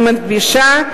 אני מדגישה,